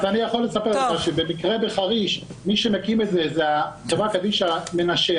מי שמקים את זה בחריש זה חברת קדישא מנשה,